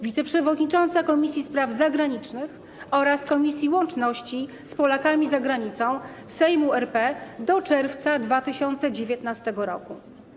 Wiceprzewodnicząca Komisji Spraw Zagranicznych oraz Komisji Łączności z Polakami za Granicą Sejmu RP do czerwca 2019 r.